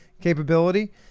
capability